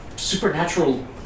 Supernatural